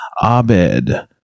Abed